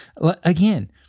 Again